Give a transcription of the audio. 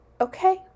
okay